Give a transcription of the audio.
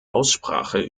aussprache